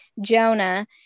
jonah